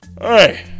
Hey